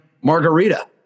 margarita